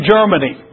Germany